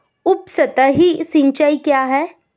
उपसतही सिंचाई क्या है?